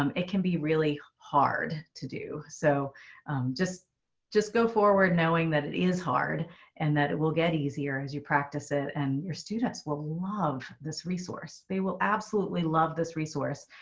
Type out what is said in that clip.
um it can be really hard to do. so just just go forward knowing that it is hard and that it will get easier as you practice it. and your students will love this resource. they will absolutely love this resource.